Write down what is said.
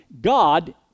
God